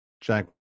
Jack